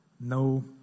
No